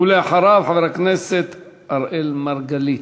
ואחריו, חבר הכנסת אראל מרגלית.